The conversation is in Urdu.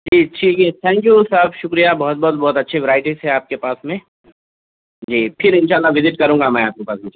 جی ٹھیک ہے تھینک یو صاحب شکریہ بہت بہت بہت اچھی ورائٹیز ہے آپ کے پاس میں جی پھر انشاء اللہ وزٹ کروں گا میں آپ کے پاس میں انشاء اللہ